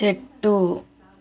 చెట్టు